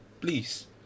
please